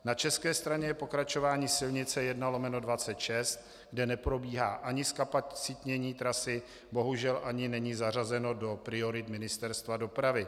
Na české straně je pokračování silnice 1/26, kde neprobíhá ani zkapacitnění trasy, bohužel ani není zařazeno do priorit Ministerstva dopravy.